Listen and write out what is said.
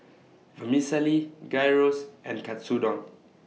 Vermicelli Gyros and Katsudon